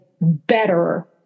better